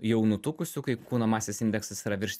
jau nutukusių kai kūno masės indeksas yra virš